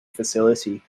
facility